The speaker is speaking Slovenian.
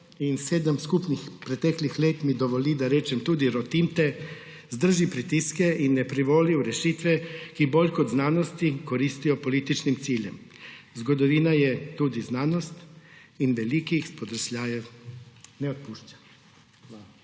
in sedem skupnih preteklih let mi dovoli, da rečem tudi, rotim te, zdrži pritiske in ne privoli v rešitve, ki bolj kot znanosti koristijo političnim ciljem. Zgodovina je tudi znanost in velikih spodrsljajev ne odpušča.